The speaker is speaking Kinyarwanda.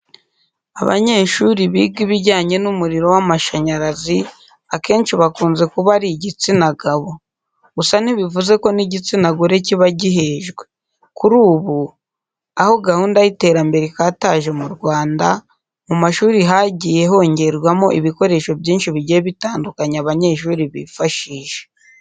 Abanyeshuri biga ibijyanye n'umuriro w'amashanyarazi, akenshi bakunze kuba ari igitsina gabo. Gusa ntibivuze ko n'igitsina gore kiba gihejwe. Kuri ubu, aho gahunda y'iterambere ikataje mu Rwanda, mu mashuri hagiye hongerwamo ibikoresho byinshi bigiye bitandukanye abanyeshuri bifashisha.